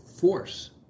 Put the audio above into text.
force